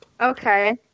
Okay